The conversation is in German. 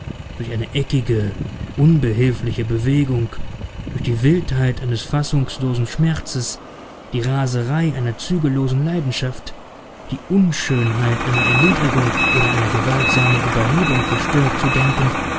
durch eine eckige unbehilfliche bewegung durch die wildheit eines fassungslosen schmerzes die raserei einer zügellosen leidenschaft die unschönheit einer erniedrigung oder einer gewaltsamen ueberhebung gestört zu denken